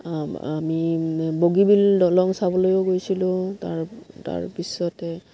আমি বগীবিল দলং চাবলৈও গৈছিলোঁ তাৰ তাৰপিছতে